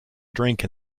drink